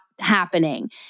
happening